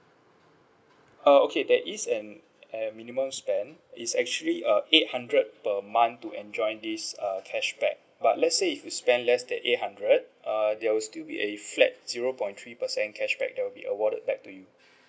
uh okay there is an at minimum spend is actually a eight hundred per month to enjoy this uh cashback but let's say if you spend less than eight hundred uh there will still be a flat zero point three percent cashback there'll be awarded back to you